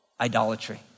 Idolatry